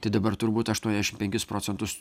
tai dabar turbūt aštuoniasdešimt penkis procentus